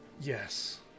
Yes